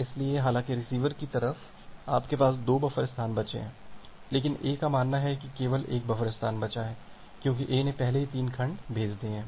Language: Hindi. इसलिए हालाँकि रिसीवर की तरफ आपके पास 2 बफर स्थान बचे हैं लेकिन A का मानना है कि केवल एक बफर स्थान बचा है क्योंकि A ने पहले ही 3 खंड भेज दिए हैं